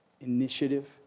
initiative